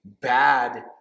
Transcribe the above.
bad